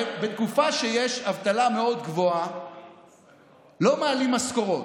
הרי בתקופה שיש אבטלה מאוד גבוהה לא מעלים משכורות,